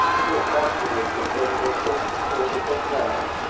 who afterwards ascended or supported the throne,